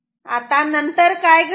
आता नंतर काय घडते